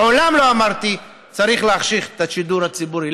לעולם לא אמרתי שצריך להחשיך את השידור הציבורי.